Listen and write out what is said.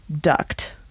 ducked